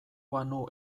banu